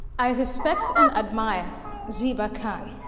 i respect and admire zeba khan.